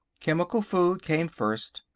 chemical food came first.